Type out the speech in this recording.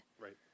Right